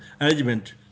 arrangement